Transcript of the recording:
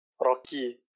Rocky